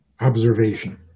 Observation